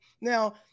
Now